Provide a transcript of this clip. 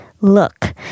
look